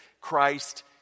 Christ